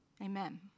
Amen